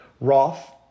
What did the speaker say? Roth